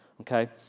okay